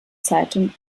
zeitung